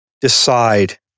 decide